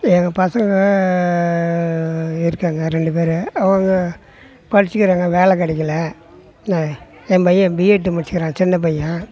எங்கள் பசங்க இருக்காங்க ரெண்டு பேர் அவங்க படிச்சிருக்காங்க வேலை கிடைக்கல என்ன என் பையன் பிஎட்டு முடிச்சுருக்கான் சின்னப்பையன்